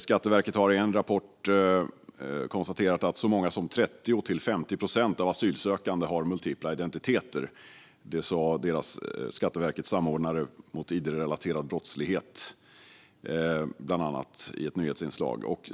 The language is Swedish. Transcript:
Skatteverket har i en rapport konstaterat att så många som 30-50 procent av asylsökande har multipla identiteter. Det sa Skatteverkets samordnare mot id-relaterad brottslighet bland annat i ett nyhetsinslag.